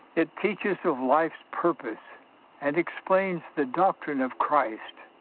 it teaches of life's purpose and explains the doctrine of christ,